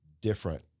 different